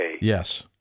Yes